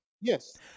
Yes